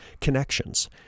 connections